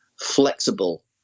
flexible